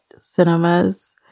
cinemas